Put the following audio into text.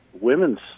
women's